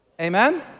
amen